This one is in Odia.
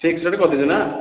ଫିକ୍ସ୍ ରେଟ୍ କରିଦେଇଛ ନା